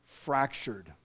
fractured